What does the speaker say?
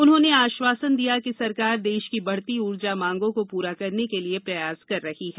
उन्होंने आश्वारसन दिया कि सरकार देश की बढती ऊर्जा मांगों को पूरा करने के लिए प्रयास कर रही है